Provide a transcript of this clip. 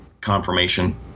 confirmation